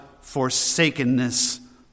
forsakenness